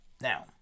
Now